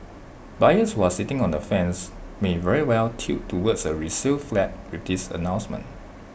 buyers who are sitting on the fence may very well tilt towards A resale flat with this announcement